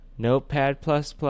Notepad++